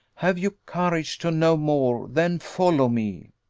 have you courage to know more then follow me.